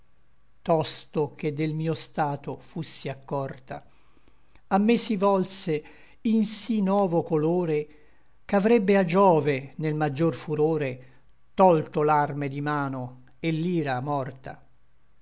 tosto che del mio stato fussi accorta a me si volse in sí novo colore ch'avrebbe a giove nel maggior furore tolto l'arme di mano et l'ira morta